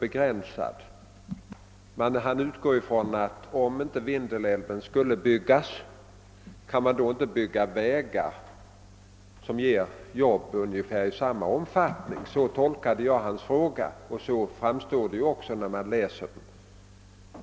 Jag har tolkat hans fråga så, att den gällde huruvida man inte, om inte Vindelälven byggs ut, kan bygga vägar i stället och därigenom ge arbete i ungefär samma omfattning. Så måste man tolka frågan när man läser den.